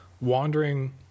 wandering